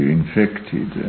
infected